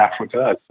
Africa